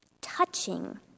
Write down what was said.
touching